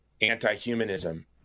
anti-humanism